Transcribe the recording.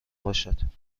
باشد